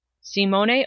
Simone